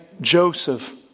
Joseph